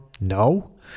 No